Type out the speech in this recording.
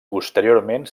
posteriorment